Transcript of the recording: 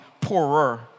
poorer